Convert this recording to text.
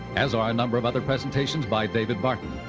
as are a number of other presentations by david barton.